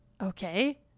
Okay